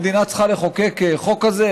המדינה צריכה לחוקק חוק כזה,